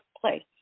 place